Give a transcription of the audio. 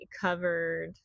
covered